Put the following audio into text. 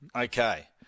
Okay